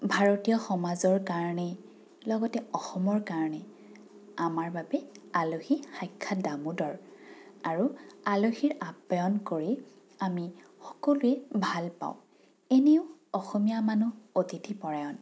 ভাৰতীয় সমাজৰ কাৰণে লগতে অসমৰ কাৰণে আমাৰ বাবে আলহী সাক্ষাৎ দামোদৰ আৰু আলহীৰ আপ্যায়ন কৰি আমি সকলোৱে ভাল পাওঁ এনেও অসমীয়া মানুহ অতিথিপৰায়ণ